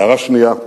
והערה שנייה,